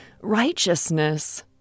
righteousness